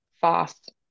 fast